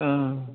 ओ